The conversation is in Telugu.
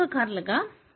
V